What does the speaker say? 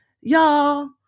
y'all